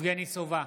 יבגני סובה,